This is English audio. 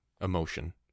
emotion